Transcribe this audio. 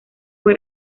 fue